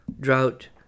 drought